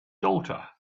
daughter